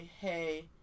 hey